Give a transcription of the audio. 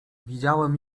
widziałem